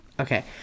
Okay